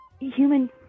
human